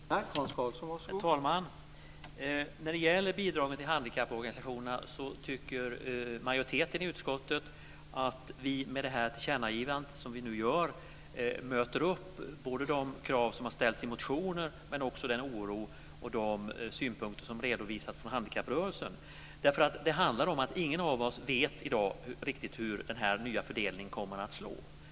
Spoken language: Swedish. Herr talman! När det gäller bidragen till handikapporganisationerna tycker majoriteten i utskottet att vi med det tillkännagivande som vi nu gör möter de krav som ställts i motioner och också den oro och de synpunkter som redovisats från handikapprörelsen. Det handlar om att ingen av oss i dag riktigt vet hur den nya fördelningen kommer att slå.